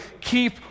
keep